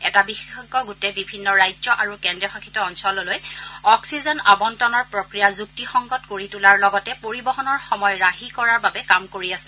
এটা বিশেষজ্ঞ গোটে বিভিন্ন ৰাজ্য আৰু কেন্দ্ৰীয়শাসিত অঞ্চললৈ অক্সিজেন আবণ্টনৰ প্ৰক্ৰিয়া যুক্তিসংগত কৰি তোলাৰ লগতে পৰিবহণৰ সময় ৰাহি কৰাৰ বাবে কাম কৰি আছে